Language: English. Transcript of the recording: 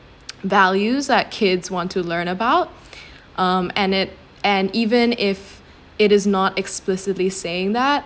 values that kids want to learn about um and it and even if it is not explicitly saying that